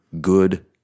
good